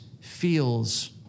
feels